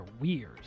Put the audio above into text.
weird